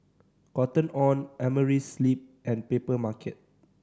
Cotton On Amerisleep and Papermarket